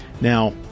Now